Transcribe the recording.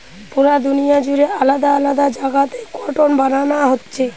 পুরা দুনিয়া জুড়ে আলাদা আলাদা জাগাতে কটন বানানা হচ্ছে